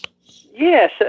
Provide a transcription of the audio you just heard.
Yes